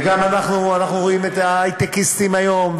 ואנחנו רואים גם את ההיי-טקיסטים היום,